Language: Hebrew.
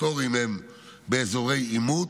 הפטורים הם באזורי עימות,